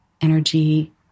energy